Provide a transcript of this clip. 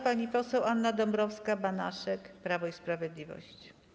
Pani poseł Anna Dąbrowska-Banaszek, Prawo i Sprawiedliwość.